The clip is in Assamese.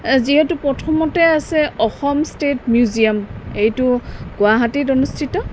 যিহেতু প্ৰথমতে আছে অসম ষ্টেট মিউজিয়াম এইটো গুৱাহাটীত অনুষ্ঠিত